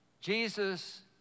Jesus